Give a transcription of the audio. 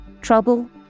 Trouble